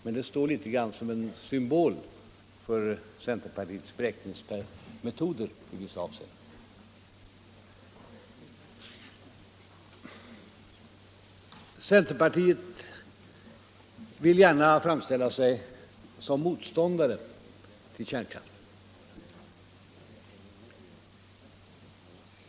Det står emellertid i någon mån som en symbol för centerpartiets beräkningsmetoder i vissa avseenden. Centerpartiet vill gärna framställa sig som motståndare till kärnkraften.